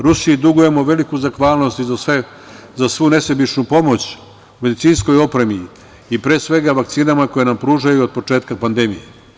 Rusiji dugujemo veliku zahvalnost i za svu nesebičnu pomoć u medicinskoj opremi i pre svega vakcinama koje nam pružaju od početka pandemije.